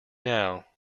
now